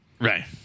Right